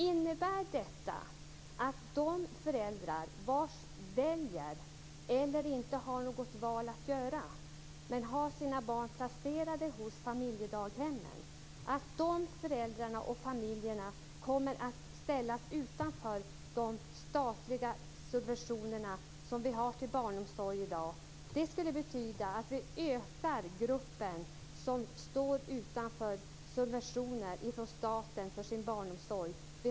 Innebär detta att de föräldrar - som har valt eller inte har något val - som har sina barn placerade i familjedaghem kommer att ställas utanför de statliga subventioner som vi har till barnomsorgen i dag? Det skulle betyda att gruppen som står utanför subventioner från staten för sin barnomsorg blir större.